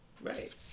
right